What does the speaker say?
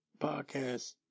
podcast